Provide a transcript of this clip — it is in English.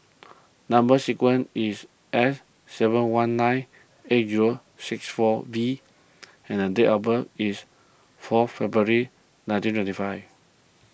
Number Sequence is S seven one nine eight zero six four V and date of birth is fourth February nineteen twenty five